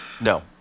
No